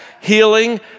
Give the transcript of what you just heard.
healing